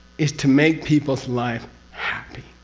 is to make people's lives happy.